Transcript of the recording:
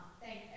thank